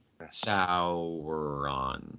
Sauron